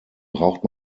braucht